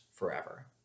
forever